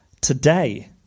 today